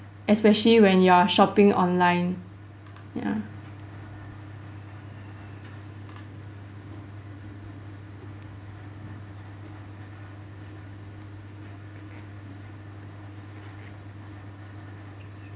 especially when you are shopping online ya